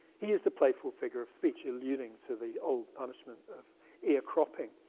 he used a playful figure of speech alluding to the old punishment of ear cropping.